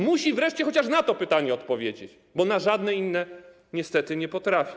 Musi wreszcie chociaż na to pytanie odpowiedzieć, bo na żadne inne niestety nie potrafi.